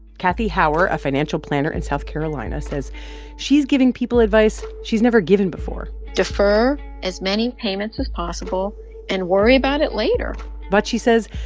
kathy hauer, a financial planner in south carolina, says she's giving people advice she's never given before defer as many payments as possible and worry about it later but, she says,